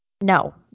No